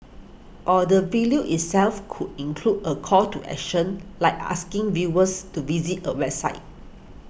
or the vileo itself could include a call to action like asking viewers to visit a website